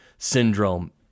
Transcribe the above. syndrome